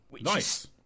Nice